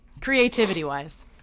creativity-wise